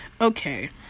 Okay